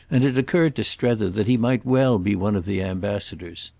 and it occurred to strether that he might well be one of the ambassadors.